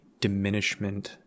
diminishment